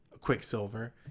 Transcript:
Quicksilver